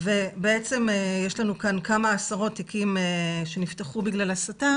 ובעצם יש לנו כאן כמה עשרות תיקים שנפתחו בגלל הסתה